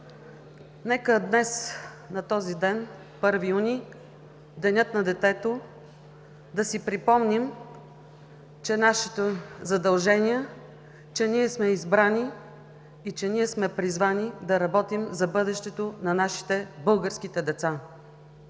Нека днес на този ден, 1 юни – Денят на детето, да си припомним, че е наше задължение, че ние сме избрани и сме призвани да работим за бъдещето на нашите, българските деца.